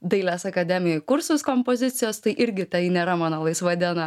dailės akademijoj kursus kompozicijos tai irgi tai nėra mano laisva diena